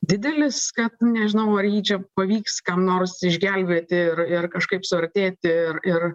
didelis kad nežinau ar jį čia pavyks kam nors išgelbėti ir ir kažkaip suartėti ir ir